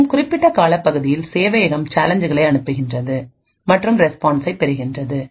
மற்றும் குறிப்பிட்ட காலப்பகுதியில் சேவையகம் சேலஞ்சுகளை அனுப்புகிறது மற்றும் ரெஸ்பான்ஸைப் பெறுகிறது